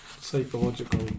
psychological